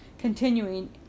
Continuing